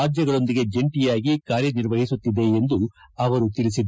ರಾಜ್ಯಗಳೊಂದಿಗೆ ಜಂಟಿಯಾಗಿ ಕಾರ್ಯ ನಿರ್ವಹಿಸುತ್ತಿದೆ ಎಂದು ಅವರು ತಿಳಿಸಿದ್ದಾರೆ